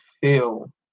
feel